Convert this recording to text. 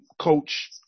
Coach